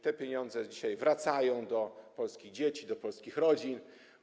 Te pieniądze dzisiaj wracają do polskich dzieci, do polskich rodzin.